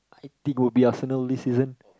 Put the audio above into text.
I think would be Arsenal this season